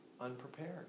unprepared